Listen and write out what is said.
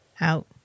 out